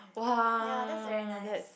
ya that's very nice